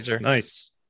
nice